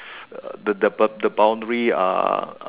uh the the the the boundary are are